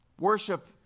worship